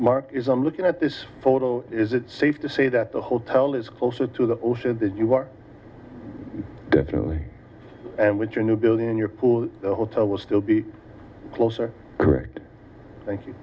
mark is i'm looking at this photo is it safe to say that the hotel is closer to the ocean that you are definitely and with a new building in your pool the hotel will still be closer correct thank you